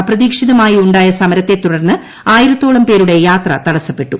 അപ്രതീക്ഷിതമായി ഉായ സമരത്തെ തുടർന്ന് ആയിരത്തോളം പേരുടെ യാത്ര തടസപ്പെട്ടു